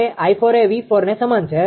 અને 𝑖4 એ 𝑉4ને સમાન છે